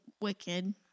wicked